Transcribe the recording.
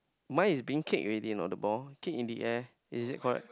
mine is being kicked already you know the ball kick in the air is it correct